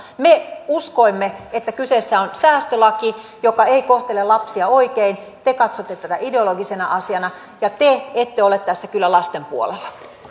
me uskoimme että kyseessä on säästölaki joka ei kohtele lapsia oikein te katsotte tätä ideologisena asiana ja te ette ole tässä kyllä lasten puolella